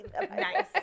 Nice